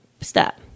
stop